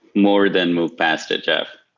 more than move past it, jeff.